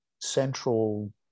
central